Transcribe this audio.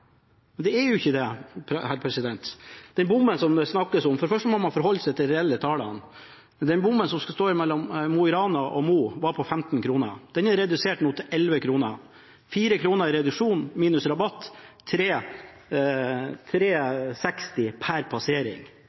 Men det er jo ikke det. Når det gjelder den bommen som det snakkes om, må man for det første forholde seg til de reelle tallene. Avgiften for å passere den bommen som skal stå mellom Mo i Rana og Mo, var på 15 kr. Den er nå redusert til 11 kr. 4 kr i reduksjon minus rabatt blir kr 3,60 per passering.